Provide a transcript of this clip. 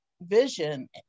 vision